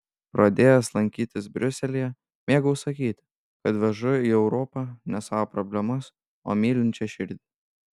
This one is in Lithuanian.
pradėjęs lankytis briuselyje mėgau sakyti kad vežu į europą ne savo problemas o mylinčią širdį